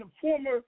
former